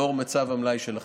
לאור מצב המלאי של החיסונים.